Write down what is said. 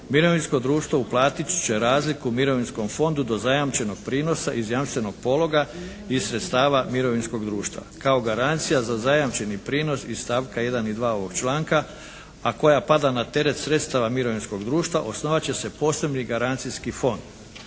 mirovinsko društvo uplatiti će razliku Mirovinskom fondu do zajamčenog prinosa iz jamstvenog pologa iz sredstava mirovinskog društva. Kao garancija za zajamčeni prinos iz stavka 1. i 2. ovog članka, a koja pada na teret sredstava mirovinskog društva osnovat će se posebni garancijski fond.